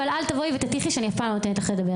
אבל אל תבואי ותטיחי שאני אף פעם לא נותנת לך לדבר.